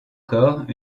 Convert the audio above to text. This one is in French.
corps